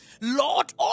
Lord